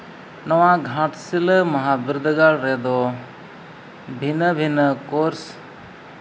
ᱱᱚᱣᱟ ᱜᱷᱟᱴᱥᱤᱞᱟᱹ ᱢᱚᱦᱟ ᱵᱤᱫᱽᱫᱟᱹᱜᱟᱲ ᱨᱮᱫᱚ ᱵᱷᱤᱱᱟᱹ ᱵᱷᱤᱱᱟᱹ ᱠᱳᱨᱥ